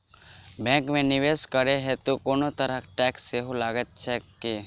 Bank मे निवेश करै हेतु कोनो तरहक टैक्स सेहो लागत की?